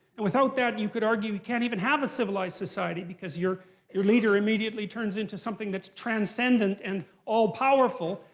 without that, you could argue you can't even have a civilized society because your your leader immediately turns into something that's transcendent and all powerful.